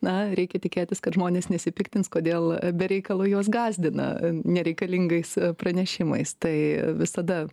na reikia tikėtis kad žmonės nesipiktins kodėl be reikalo juos gąsdina nereikalingais pranešimais tai visada